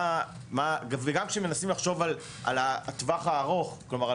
וגם כשמנסים לחשוב על הטווח הארוך כלומר,